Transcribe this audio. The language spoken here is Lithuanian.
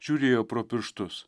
žiūrėjo pro pirštus